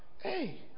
hey